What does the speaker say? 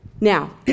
Now